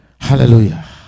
Hallelujah